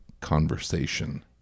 conversation